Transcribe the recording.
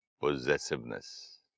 possessiveness